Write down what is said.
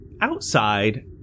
outside